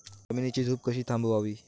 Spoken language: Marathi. जमिनीची धूप कशी थांबवावी?